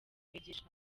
imigisha